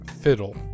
Fiddle